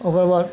ओकर बाद